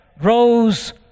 rose